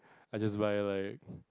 I just buy like